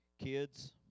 Kids